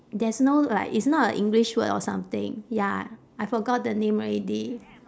there's no like it's not a english word or something ya I forgot the name already